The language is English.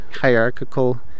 hierarchical